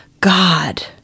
God